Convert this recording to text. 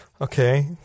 okay